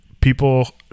people